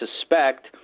suspect